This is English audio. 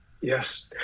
yes